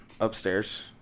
upstairs